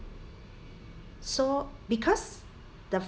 so because the f~